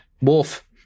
Wolf